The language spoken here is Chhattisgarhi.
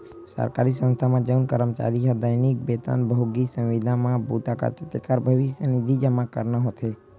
सरकारी संस्था म जउन करमचारी ह दैनिक बेतन भोगी, संविदा म बूता करथे तेखर भविस्य निधि जमा करना होथे